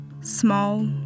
small